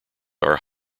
are